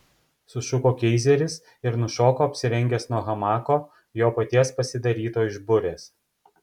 sušuko keizeris ir nušoko apsirengęs nuo hamako jo paties pasidaryto iš burės